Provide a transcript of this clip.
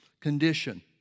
condition